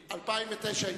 אדוני, 2009 קודם.